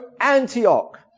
Antioch